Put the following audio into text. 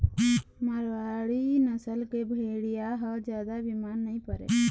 मारवाड़ी नसल के भेड़िया ह जादा बिमार नइ परय